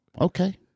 Okay